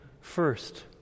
first